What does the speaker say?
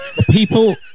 People